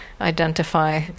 identify